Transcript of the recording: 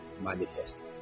manifest